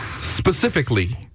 Specifically